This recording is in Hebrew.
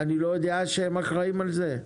אני לא יודע שהם אחראים על זה?